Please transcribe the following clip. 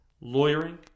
lawyering